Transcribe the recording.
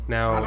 Now